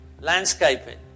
landscaping